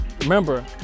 remember